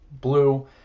blue